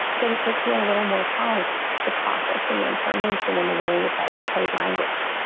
didn't take me a little more time to process the information and the way in which i decode language.